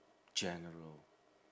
general